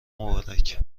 مبارک